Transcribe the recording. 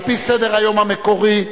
על-פי סדר-היום המקורי,